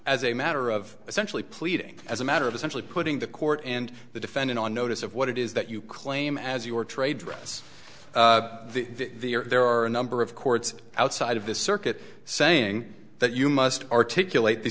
as a matter of essentially pleading as a matter of essentially putting the court and the defendant on notice of what it is that you claim as your trade dress there are a number of courts outside of the circuit saying that you must articulate the